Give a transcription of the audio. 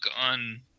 on